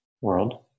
world